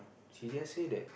she just say that